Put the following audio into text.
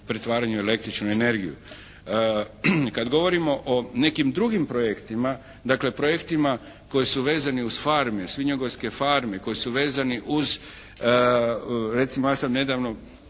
pretvaranje u električnu energiju. Kada govorimo o nekim drugim projektima, dakle projektima koji su vezani uz farme, svinjogojske farme, koji su vezani uz recimo ja sam nedavno